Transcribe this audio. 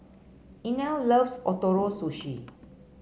Inell loves Ootoro Sushi